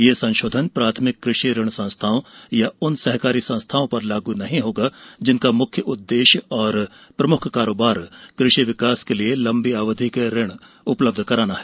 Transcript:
ये संशोधन प्राथमिक कृषि ऋण संस्थाओं या उन सहकारी संस्थाओं पर लागू नहीं होगा जिनका मुख्य उद्देश्य और प्रमुख कारोबार कृषि विकास के लिए लंबी अवधि के ऋण उपलब्ध कराना है